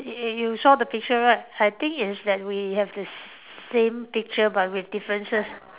y~ you saw the picture right I think it's that we have the same picture but with differences